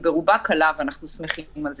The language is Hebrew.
היא ברובה קלה ואנחנו שמחים על זה.